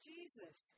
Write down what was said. Jesus